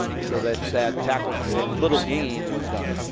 so that that tackle for little gain was done.